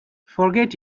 forget